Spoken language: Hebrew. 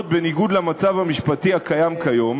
בניגוד למצב המשפטי הקיים כיום,